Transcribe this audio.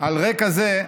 על רקע זה,